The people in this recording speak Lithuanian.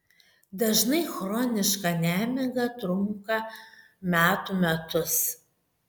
dažnai chroniška nemiga trunka metų metus